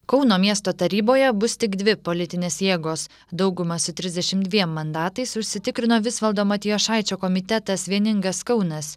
kauno miesto taryboje bus tik dvi politinės jėgos daugumą su trisdešimt dviem mandatais užsitikrino visvaldo matijošaičio komitetas vieningas kaunas